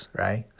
right